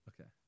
Okay